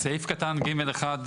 סעיף קטן (ג)(1),